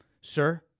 sir